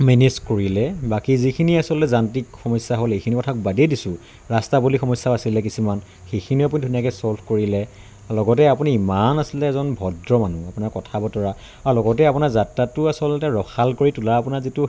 manage কৰিলে বাকী যিখিনি আচলতে যান্ত্ৰিক সমস্যা হ'ল এইখিনি কথাক বাদেই দিছোঁ ৰাস্তা পদূলি সমস্যাও আছিলে কিছুমান সেইখিনিও আপুনি ধুনীয়াকৈ ছল্ভ কৰিলে আৰু লগতে আপুনি ইমান আচলতে এজন ভদ্ৰ মানুহ আপোনাৰ কথা বতৰা লগতে আপোনাৰ যাত্ৰাটো আচলতে ৰসাল কৰি তোলা আপোনাৰ যিটো